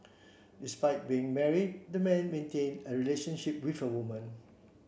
despite being married the man maintained a relationship with the woman